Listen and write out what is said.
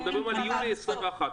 נמצא אתנו יוסי סעידוב?